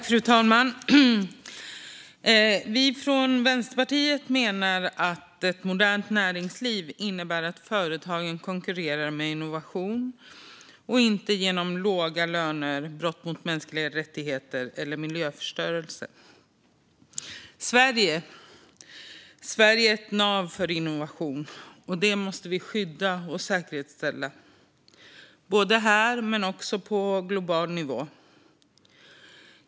Fru talman! Vi från Vänsterpartiet menar att ett modernt näringsliv innebär att företagen konkurrerar med innovation och inte genom låga löner, brott mot mänskliga rättigheter eller miljöförstöring. Sverige är ett nav för innovation, vilket vi måste skydda och säkerställa både här och på global nivå.